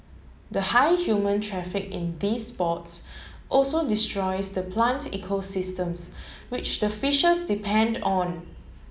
the high human traffic in these spots also destroys the plant ecosystems which the fishes depend on